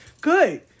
Good